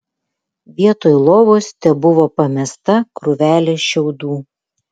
vietoj lovos tebuvo pamesta krūvelė šiaudų